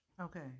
Okay